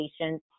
patients